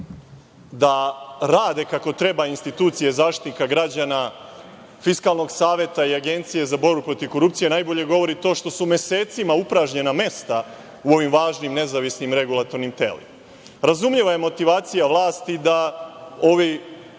da rade kako treba institucije Zaštitnika građana, Fiskalnog saveta i Agencije za borbu protiv korupcije, najbolje govori to što su mesecima upražnjena mesta u ovim važnim nezavisnim regulatornim telima. Razumljiva je motivacija vlasti da